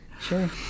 Sure